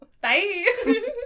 Bye